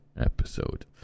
episode